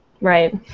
Right